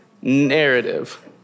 Narrative